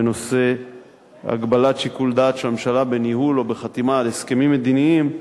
בנושא הגבלת שיקול הדעת של הממשלה בניהול או בחתימה על הסכמים מדיניים,